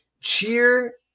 cheer